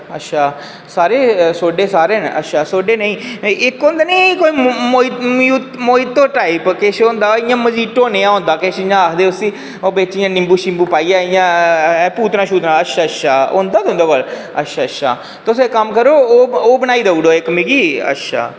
अच्छा सारे सोडे सोडे सारे न अच्छा ते नेईं होंदा नी मोइटो टाईप ओह् मजीटो आखदे न किश उसी ओह् बिच नीबूं पाइयै इंया पूतना पाइयै अच्छा होंदा तुंदे कोल अच्छा अच्छा तुस इक्क कम्म करो ओह् बनाई देई ओड़ो मिगी अच्छा